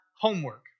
homework